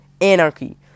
Anarchy